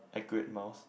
accurate mouse